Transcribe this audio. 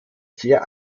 sehr